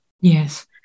Yes